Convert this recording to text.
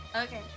Okay